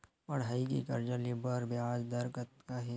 पढ़ई के कर्जा ले बर ब्याज दर कतका हे?